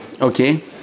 Okay